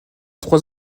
trois